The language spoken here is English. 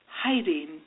hiding